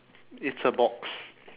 it's a box